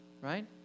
right